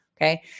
Okay